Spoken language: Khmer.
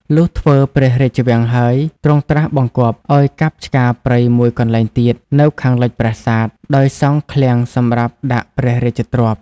លុះធ្វើព្រះរាជវាំងហើយ ទ្រង់ត្រាស់បង្គាប់ឲ្យកាប់ឆ្ការព្រៃមួយកន្លែងទៀត នៅខាងលិចប្រាសាទ ដោយសង់ឃ្លាំងសម្រាប់ដាក់ព្រះរាជទ្រព្យ